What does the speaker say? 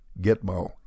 Gitmo